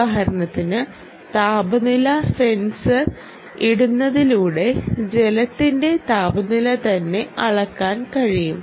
ഉദാഹരണത്തിന് താപനില സെൻസർ ഇടുന്നതിലൂടെ ജലത്തിന്റെ താപനില തന്നെ അളക്കാൻ കഴിയും